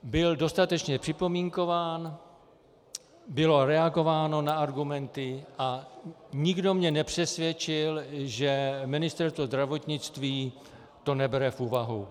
Byl dostatečně připomínkován, bylo reagováno na argumenty a nikdo mě nepřesvědčil, že Ministerstvo zdravotnictví to nebere v úvahu.